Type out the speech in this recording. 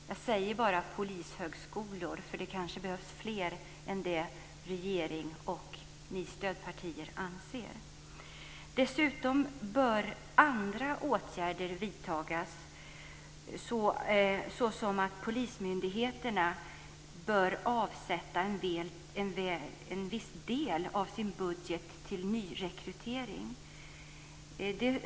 Jag säger bara "polishögskolor", eftersom det kanske behövs fler än vad regeringen och ni stödpartier anser. Dessutom bör andra åtgärder vidtas, såsom att polismyndigheterna bör avsätta en viss del av sin budget till nyrekrytering.